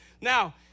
Now